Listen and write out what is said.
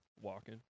walking